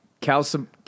calcium